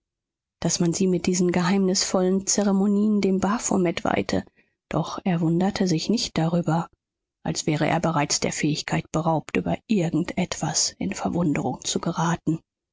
daß man sie mit diesen geheimnisvollen zeremonien dem baphomet weihte doch er wunderte sich nicht darüber als wäre er bereits der fähigkeit beraubt über irgend etwas in verwunderung zu geraten